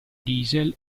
diesel